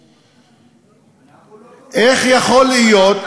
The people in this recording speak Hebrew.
אנחנו לא תומכים, איך יכול להיות?